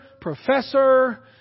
professor